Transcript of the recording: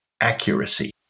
accuracy